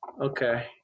Okay